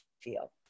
feel